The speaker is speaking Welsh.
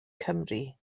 cymru